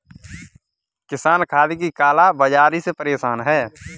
किसान खाद की काला बाज़ारी से परेशान है